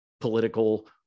political